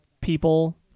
people